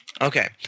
Okay